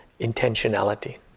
intentionality